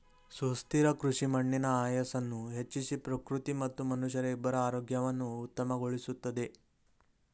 ಸುಸ್ಥಿರ ಕೃಷಿ ಮಣ್ಣಿನ ಆಯಸ್ಸನ್ನು ಹೆಚ್ಚಿಸಿ ಪ್ರಕೃತಿ ಮತ್ತು ಮನುಷ್ಯರ ಇಬ್ಬರ ಆರೋಗ್ಯವನ್ನು ಉತ್ತಮಗೊಳಿಸುತ್ತದೆ